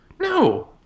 No